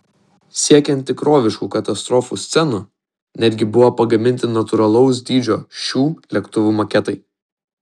siekiant tikroviškų katastrofų scenų netgi buvo pagaminti natūralaus dydžio šių lėktuvų maketai